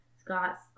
Scott's